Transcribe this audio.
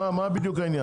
מה העניין?